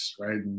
right